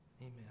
Amen